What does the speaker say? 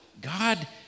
God